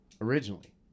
Originally